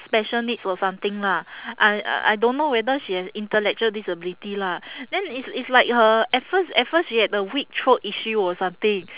special needs or something lah I I don't know whether she has intellectual disability lah then it's it's like her at first at first she had a weak throat issue or something